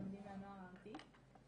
התלמידים והנוער הארצית.